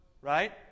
Right